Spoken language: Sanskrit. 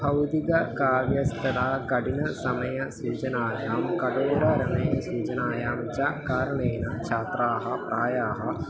भौतिक व्यस्तरा कठिनसमयस्य सूचनायां कटुः समय सूचनायां च कारणेन छात्राः प्रायः